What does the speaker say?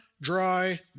dry